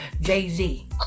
Jay-Z